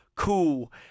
cool